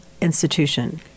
institution